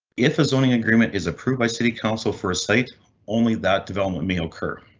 if his only agreement is approved by city council for a site only that development may occur.